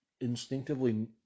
instinctively